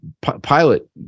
Pilot